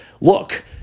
look